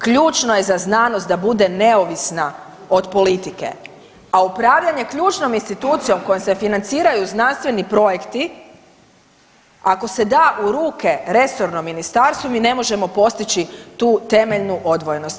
Ključno je za znanost da bude neovisna od politike, a upravljanje ključnom institucijom kojom se financiraju znanstveni projekti ako se da u ruke resornom ministarstvu mi ne možemo postići tu temeljnu odvojenost.